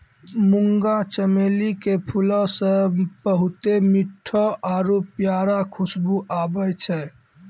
मुंगा चमेली के फूलो से बहुते मीठो आरु प्यारा खुशबु आबै छै